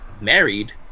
married